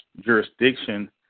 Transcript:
jurisdiction